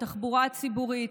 התחבורה הציבורית,